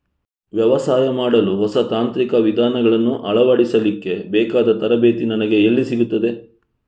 ವ್ಯವಸಾಯ ಮಾಡಲು ಹೊಸ ತಾಂತ್ರಿಕ ವಿಧಾನಗಳನ್ನು ಅಳವಡಿಸಲಿಕ್ಕೆ ಬೇಕಾದ ತರಬೇತಿ ನನಗೆ ಎಲ್ಲಿ ಸಿಗುತ್ತದೆ?